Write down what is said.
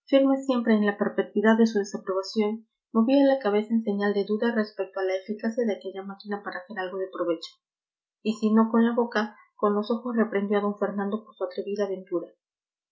siempre en la perpetuidad de su desaprobación movía la cabeza en señal de duda respecto a la eficacia de aquella máquina para hacer algo de provecho y si no con la boca con los ojos reprendió a don fernando por su atrevida aventura